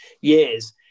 years